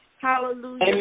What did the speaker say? Hallelujah